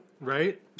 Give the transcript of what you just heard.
Right